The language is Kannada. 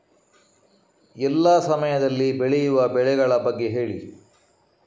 ಎಲ್ಲಾ ಸಮಯದಲ್ಲಿ ಬೆಳೆಯುವ ಬೆಳೆಗಳ ಬಗ್ಗೆ ಹೇಳಿ